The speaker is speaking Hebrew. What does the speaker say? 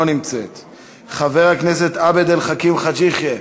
לא נמצאת, חבר הכנסת עבד אל חכים חאג' יחיא,